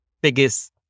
biggest